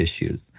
issues